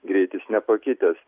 greitis nepakitęs